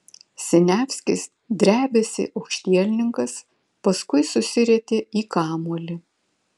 siniavskis drebėsi aukštielninkas paskui susirietė į kamuolį